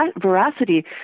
veracity